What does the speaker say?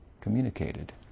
communicated